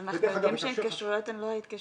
אבל אנחנו יודעים שההתקשרויות הן לא התקשרויות.